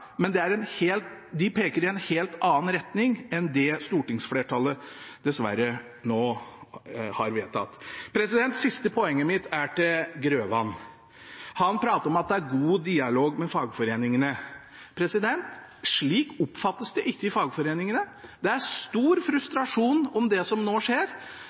men de peker i en helt annen retning enn det stortingsflertallet dessverre nå har vedtatt. Det siste poenget mitt er til Grøvan. Han prater om at det er god dialog med fagforeningene. Slik oppfattes det ikke i fagforeningene. Det er stor frustrasjon over det som nå skjer.